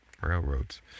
railroads